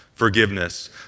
forgiveness